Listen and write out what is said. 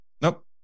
Nope